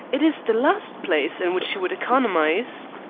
it is the last place in which she would economize.